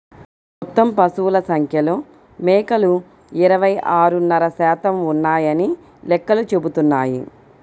మొత్తం పశువుల సంఖ్యలో మేకలు ఇరవై ఆరున్నర శాతం ఉన్నాయని లెక్కలు చెబుతున్నాయి